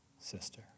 sister